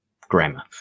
grammar